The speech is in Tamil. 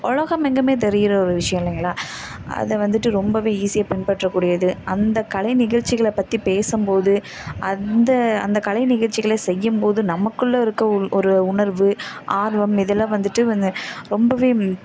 உலகமெங்குமே தெரிகிற ஒரு விஷயம் இல்லைங்களா அதை வந்துட்டு ரொம்பவே ஈஸியாக பின்பற்ற கூடியது அந்த கலை நிகழ்ச்சிகளை பற்றி பேசும்போது அந்த அந்த கலை நிகழ்ச்சிகளை செய்யும் போது நமக்குள்ளே இருக்க ஒரு ஒரு உணர்வு ஆர்வம் இதெல்லாம் வந்துட்டு வந்து ரொம்பவே